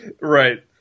Right